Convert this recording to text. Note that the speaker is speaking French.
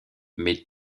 mais